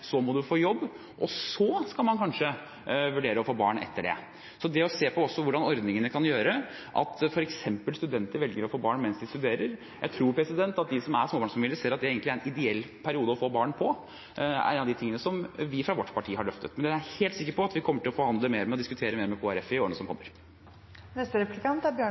så må man få jobb, og så skal man kanskje vurdere å få barn etter det. Så det å se på hvordan ordningene kan gjøre at f.eks. studenter velger å få barn mens de studerer – jeg tror at de som er småbarnsfamilier, ser at det egentlig er en ideell periode å få barn i – er en av de tingene som vi fra vårt parti har løftet. Men det er jeg helt sikker på at vi kommer til å forhandle og diskutere mer med Kristelig Folkeparti i